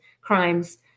crimes